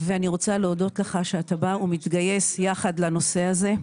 ואני רוצה להודות לך שאתה בא ומתגייס יחד לנושא הזה.